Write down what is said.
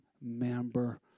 member